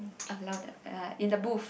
of louder uh in the booth